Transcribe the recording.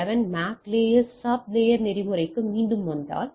11 MAC layer MAC sublayer நெறிமுறைக்கு மீண்டும் வந்தால்